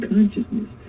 Consciousness